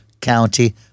County